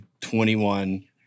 21